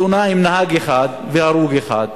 תאונה עם נהג אחד והרוג אחד,